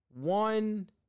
one